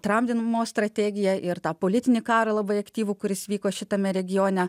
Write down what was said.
tramdym mo strategiją ir tą politinį karą labai aktyvų kuris vyko šitame regione